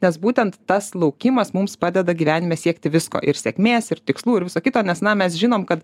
nes būtent tas laukimas mums padeda gyvenime siekti visko ir sėkmės ir tikslų ir viso kito nes na mes žinom kad